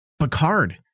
Picard